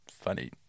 funny